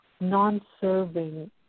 non-serving